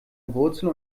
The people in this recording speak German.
wurzel